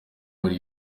muri